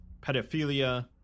pedophilia